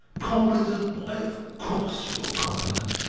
competent? why, of course you're competent.